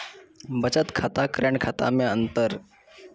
बचत खाता करेंट खाता मे अंतर?